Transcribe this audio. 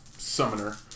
Summoner